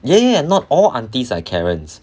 ya ya not all aunties are karens